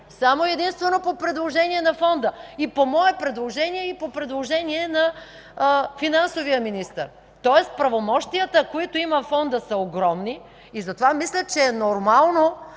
Само и единствено по предложение на Фонда, по мое предложение и по предложение на финансовия министър. Следователно правомощията, които има Фондът, са огромни. Затова мисля за нормално